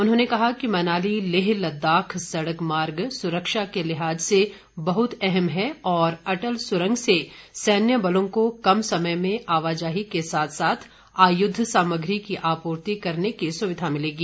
उन्होंने कहा कि मनाली लेह लद्दाख सड़क मार्ग सुरक्षा के लिहाज से बहुत अहम है और अटल सुरंग से सैन्य बलों को कम समय में आवाजाही के साथ साथ आयुद्ध सामग्री की आपूर्ति करने की सुविधा मिलेगी